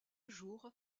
jour